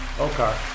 Okay